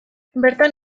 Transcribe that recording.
bertan